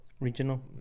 Regional